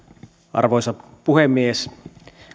arvoisa puhemies